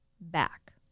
back